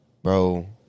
Bro